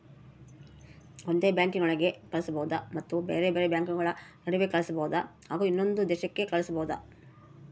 ಒಂದೇ ಬ್ಯಾಂಕಿನೊಳಗೆ ಕಳಿಸಬಹುದಾ ಮತ್ತು ಬೇರೆ ಬೇರೆ ಬ್ಯಾಂಕುಗಳ ನಡುವೆ ಕಳಿಸಬಹುದಾ ಹಾಗೂ ಇನ್ನೊಂದು ದೇಶಕ್ಕೆ ಕಳಿಸಬಹುದಾ?